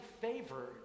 favored